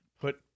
put